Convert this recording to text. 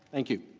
thank you.